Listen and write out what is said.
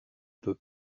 peut